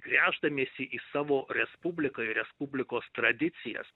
gręždamiesi į savo respubliką į respublikos tradicijas